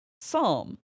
psalm